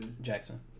Jackson